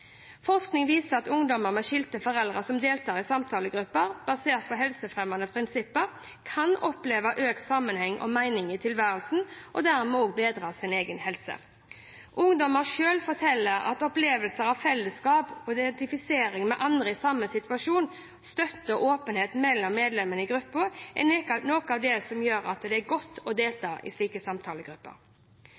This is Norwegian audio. Forskning viser at ungdommer med skilte foreldre som deltar i samtalegrupper basert på helsefremmende prinsipper, kan oppleve økt sammenheng og mening i tilværelsen og dermed også bedre sin egen helse. Ungdommene selv forteller at opplevelsen av fellesskap, identifisering med andre i samme situasjon og støtte og åpenhet mellom medlemmene i gruppa er noe av det som gjør at det er godt å delta i slike samtalegrupper.